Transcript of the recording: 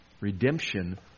Redemption